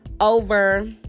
over